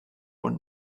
und